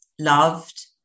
loved